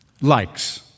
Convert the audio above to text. likes